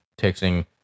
texting